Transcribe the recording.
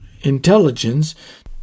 intelligence